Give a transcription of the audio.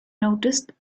noticed